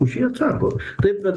už jį atsako taip kad